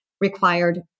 required